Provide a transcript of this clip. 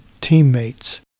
Teammates